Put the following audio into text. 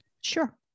Sure